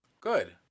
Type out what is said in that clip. Good